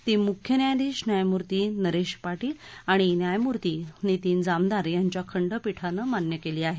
ती मुख्य न्यायाधीश न्यायमूर्ती नरेश पाटील आणि न्यायमूर्ती नितीन जामदार यांच्या खंडपीठानं मान्य केली आहे